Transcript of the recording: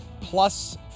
plus